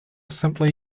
simply